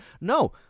No